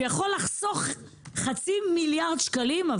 שיכול לחסוך חצי מיליארד שקלים.